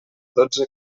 dotze